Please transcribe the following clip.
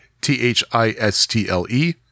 T-H-I-S-T-L-E